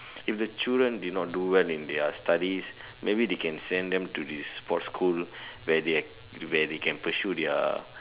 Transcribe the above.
if the children did not do well in their studies maybe they can send them to this sports school where they are where they can pursue their